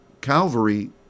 calvary